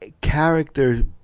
character